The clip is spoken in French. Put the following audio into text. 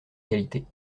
qualités